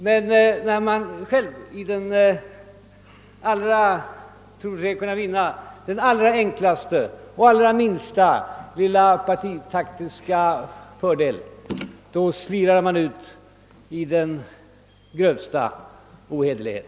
Men när man själv tror sig vinna den allra minsta lilla partitaktiska fördel slirar man ut i den grövsta ohederlighet.